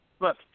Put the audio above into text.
look